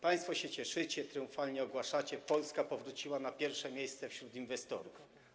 Państwo się cieszycie, triumfalnie ogłaszacie, że Polska powróciła na 1. miejsce wśród inwestorów.